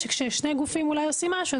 כששני גופים אולי עושים משהו,